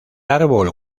árbol